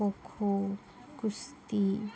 खो खो कुस्ती